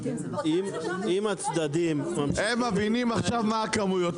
הם מבינים עכשיו מה הכמויות,